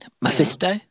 Mephisto